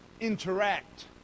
interact